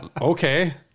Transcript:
Okay